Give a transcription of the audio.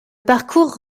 parcours